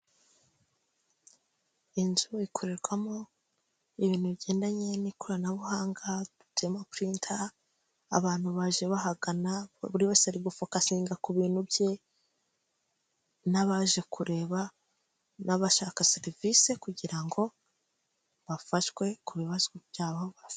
Inzu ikorerwamo ibintu bigendanye n'ikoranabuhanga, dufitemo purinta, abantu baje bahagana, buri wese ari gufokasinga ku bintu bye, n'abaje kureba, n'abashaka serivisi kugira ngo bafashwe ku bibazo byabo bafite.